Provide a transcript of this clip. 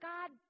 God